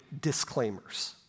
disclaimers